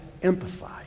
empathize